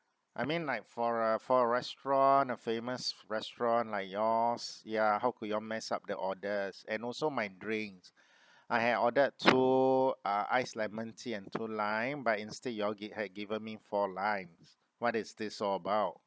I mean like for a for a restaurant a famous restaurant like yours ya how could you all messed up the orders and also my drinks I had ordered two uh ice lemon tea and two lime but instead you all given had given me four limes what is this all about